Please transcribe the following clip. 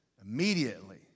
Immediately